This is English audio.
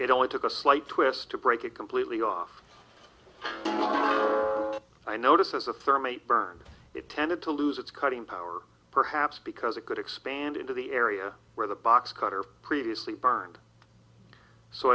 it only took a slight twist to break it completely off i noticed as a thermite burn it tended to lose its cutting power perhaps because it could expand into the area where the box cutter previously burned so